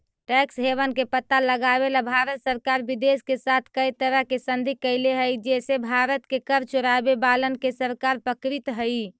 tax haven के पता लगावेला भारत सरकार विदेश के साथ कै तरह के संधि कैले हई जे से भारत के कर चोरावे वालन के सरकार पकड़ित हई